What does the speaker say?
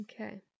Okay